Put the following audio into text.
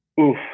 Oof